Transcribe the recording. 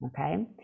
okay